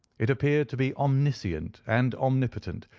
it appeared to be omniscient and omnipotent,